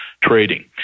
trading